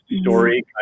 story